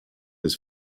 his